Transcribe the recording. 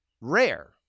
rare